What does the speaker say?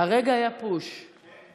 הרגע היה פוש, כן?